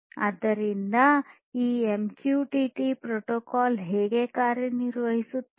ಆದ್ದರಿಂದ ಈ MQTT protocol ಹೇಗೆ ಕಾರ್ಯನಿರ್ವಹಿಸುತ್ತದೆ